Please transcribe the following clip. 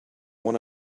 one